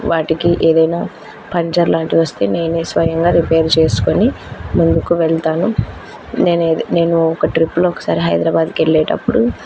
వాటికి ఏదైనా పంచర్ లాంటివి వస్తే నేనే స్వయంగా రిపేర్ చేసుకుని ముందుకు వెళ్తాను నేను నేను ఒక ట్రిప్లో ఒకసారి హైదరాబాదుకి వెళ్ళేటప్పుడు